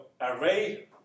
array